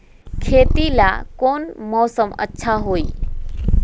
खेती ला कौन मौसम अच्छा होई?